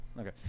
okay